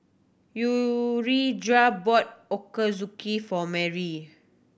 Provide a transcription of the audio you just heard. Urijah brought Ochazuke for Mary